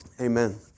Amen